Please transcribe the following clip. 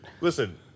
Listen